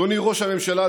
אדוני ראש הממשלה,